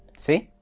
see?